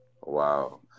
Wow